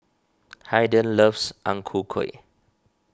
Haiden loves Ang Ku Kueh